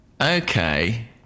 Okay